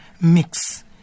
mix